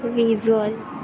visual